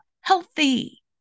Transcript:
healthy